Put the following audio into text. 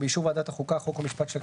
ובאישור ועדת החוקה חוק ומשפט של הכנסת,